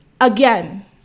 again